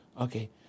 Okay